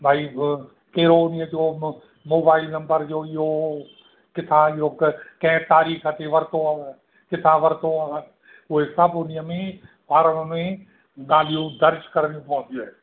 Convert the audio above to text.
भाई कहिड़ो ॾींहं जो मोबाइल नंबर जो इहो किथां इहो क कंहिं तारीख़ ते वरितो हुयव किथां वरितो हुयव उहे सभु हुन ई में फारम में ॻाल्हियूं दर्ज करणियूं पवंदियूं आहिनि